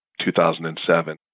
2007